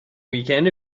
weekend